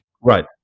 Right